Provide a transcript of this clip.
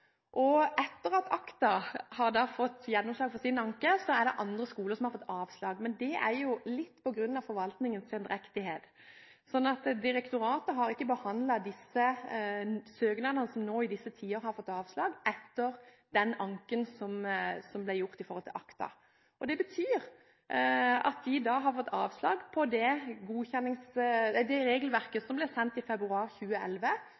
Etter at ACTA har fått gjennomslag for sin anke, er det andre skoler som har fått avslag, men det er jo litt på grunn av forvaltningens sendrektighet – så direktoratet har ikke behandlet de søknadene som i disse tider har fått avslag, etter den ankebehandlingen som ble gjort når det gjelder ACTA. Det betyr at de har fått avslag etter det regelverket som ble sendt ut i februar 2011,